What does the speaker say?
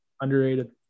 Underrated